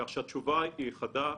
כך שהתשובה היא חדה,